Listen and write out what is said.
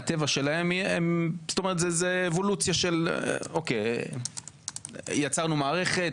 מהטבע שלהן זה אבולוציה של יצרנו מערכת,